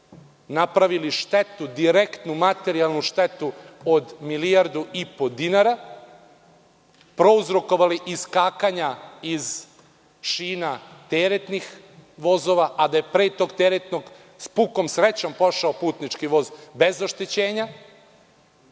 napravili direktnu materijalnu štetu od milijardu i po dinara, prouzrokovali iskakanja iz šina teretnih vozova, a da je pre tog teretnog s pukom srećom prošao putnički voz bez oštećenja. Priznajem,